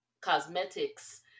cosmetics